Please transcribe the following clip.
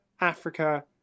Africa